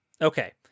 Okay